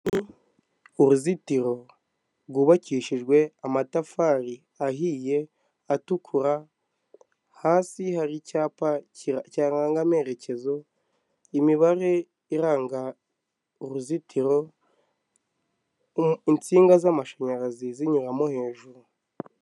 Uruzitiro rwubakishijwe amatafari ahiye, atukura, hasi hari icyapa kiranga amerekezo, imibare iranga uruzitiro, insinga z'amashanyarazi zinyura mo hejuru.